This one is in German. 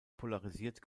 polarisiert